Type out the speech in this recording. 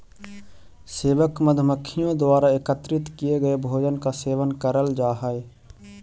सेवक मधुमक्खियों द्वारा एकत्रित किए गए भोजन का सेवन करल जा हई